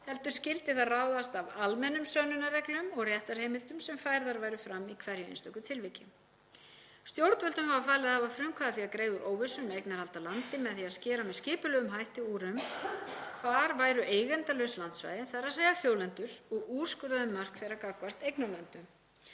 heldur skyldi það ráðast af almennum sönnunarreglum og réttarheimildum sem færðar væru fram í hverju einstöku tilviki. Stjórnvöldum var falið að hafa frumkvæði að því að greiða úr óvissu um eignarhald á landi með því að skera með skipulögðum hætti úr um það hvar væru eigendalaus landsvæði, þ.e. þjóðlendur, og úrskurða um mörk þeirra gagnvart eignarlöndum,